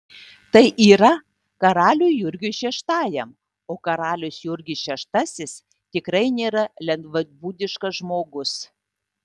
tai yra karaliui jurgiui šeštajam o karalius jurgis šeštasis tikrai nėra lengvabūdiškas žmogus